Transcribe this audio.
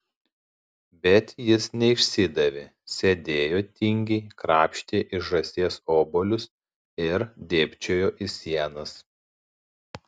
bet jis neišsidavė sėdėjo tingiai krapštė iš žąsies obuolius ir dėbčiojo į sienas